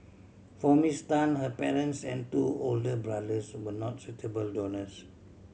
for Miss Tan her parents and two older brothers were not suitable donors